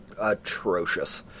atrocious